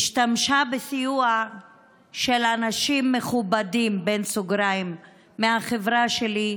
השתמשה בסיוע של אנשים "מכובדים", מהחברה שלי,